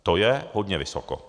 To je hodně vysoko.